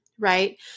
right